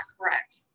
correct